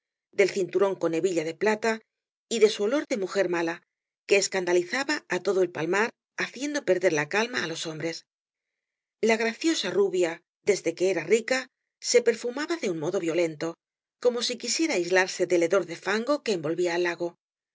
del ciaturóa coa hebilla de plata y de su olor da mujer mala que escandalizaba á todo el palmar haciendo perder la calma á los hombres la graciosa rubia desda que era rica se perfumaba da un modo violento como si quisiera aislarse del hedor de fango que envolvía al lago sa